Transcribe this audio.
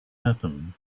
happen